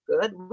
good